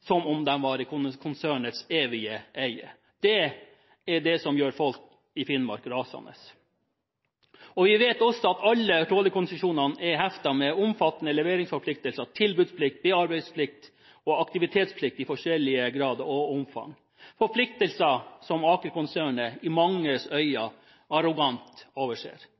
som om de var i konsernets evige eie. Det er det som gjør folk i Finnmark rasende. Vi vet også at alle trålkonsesjonene er heftet med omfattende leveringsforpliktelser, tilbudsplikt, bearbeidelsesplikt og aktivitetsplikt i forskjellig grad og omfang – forpliktelser som Aker-konsernet i manges øyne arrogant overser.